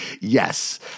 Yes